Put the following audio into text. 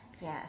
Yes